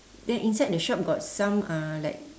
then inside the shop got some uh like